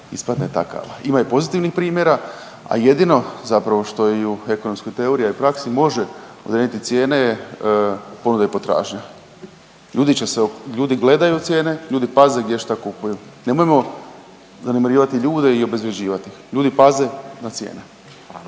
ispadne ta kava. Ima i pozitivnih primjera, a jedino zapravo što i u ekonomskoj teoriji, a i praksi može odrediti cijene je ponuda i potražnja. Ljudi će se, ljudi gledaju cijene, ljudi paze gdje šta kupuju. Nemojmo zanemarivati ljude i obezvrjeđivati ih. Ljudi paze na cijene.